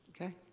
Okay